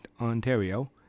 Ontario